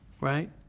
right